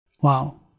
Wow